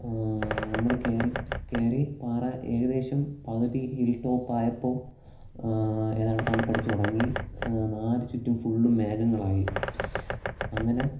നമ്മൾ കയറി കയറി പാറ ഏകദേശം പകുതി ഹിൽ ടോപ് ആയപ്പോൾ ഏതാണ്ട് തണുപ്പടിച്ച് തുടങ്ങി നാലു ചുറ്റും ഫുളളും മേഘങ്ങളായി അങ്ങനെ